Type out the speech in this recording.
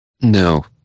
no